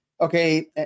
Okay